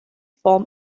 form